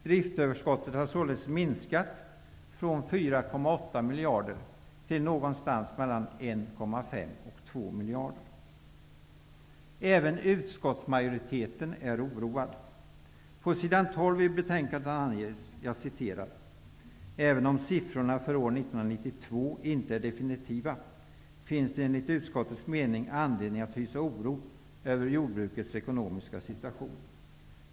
Driftöverskottet har således minskat från 4,8 miljarder kronor till någonstans mellan 1,5 och 2 Även utskottsmajoriteten är oroad. På s. 12 i betänkandet anges följande: ''Även om siffrorna för år 1992 inte är definitiva finns det enligt utskottets mening anledning att hysa oro över jordbrukets ekonomiska situation.